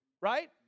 right